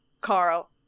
Carl